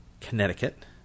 Connecticut